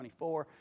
24